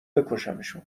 بکشمشون